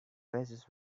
faces